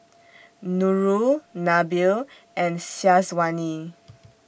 Nurul Nabil and Syazwani